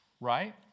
Right